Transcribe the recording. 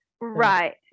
Right